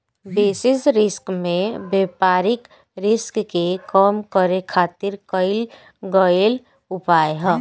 basis risk में व्यापारिक risk के कम करे खातिर कईल गयेल उपाय ह